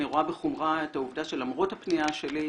אני רואה בחומרה את העובדה שלמרות הפנייה שלי,